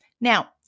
Now